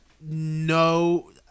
no